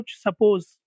Suppose